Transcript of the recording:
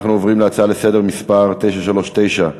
אנחנו עוברים להצעה לסדר-היום מס' 939,